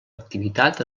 activitat